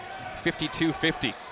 52-50